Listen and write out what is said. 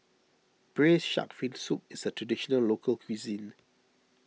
Braised Shark Fin Soup is a Traditional Local Cuisine